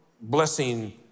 blessing